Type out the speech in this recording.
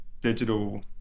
digital